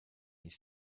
his